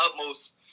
utmost